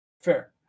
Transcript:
Fair